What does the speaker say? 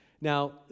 Now